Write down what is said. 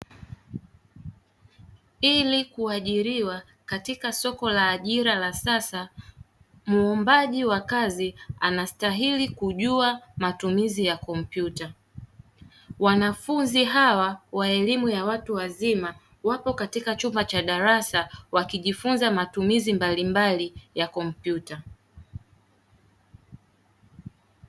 Ili kuajiriwa katika soko la ajira la sasa, mwombaji wa kazi anastahili kujua matumizi ya kompyuta. Wanafunzi hawa wa elimu ya watu wazima wako katika chumba cha darasa wakijifunza matumizi mbalimbali ya kompyuta.